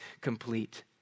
complete